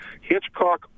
Hitchcock